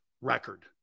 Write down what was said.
record